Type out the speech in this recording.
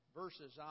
verses